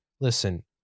Listen